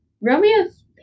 Romeo's